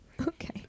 Okay